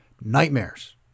nightmares